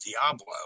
Diablo